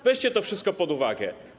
Weźcie to wszystko pod uwagę.